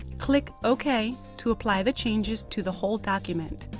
click ok to apply the changes to the whole document.